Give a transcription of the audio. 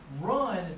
Run